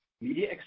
Media